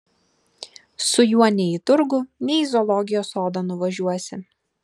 su juo nei į turgų nei į zoologijos sodą nuvažiuosi